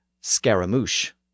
scaramouche